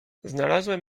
znalazłem